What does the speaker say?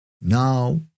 now